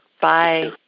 Bye